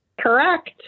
Correct